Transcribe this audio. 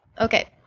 Okay